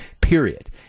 period